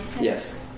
Yes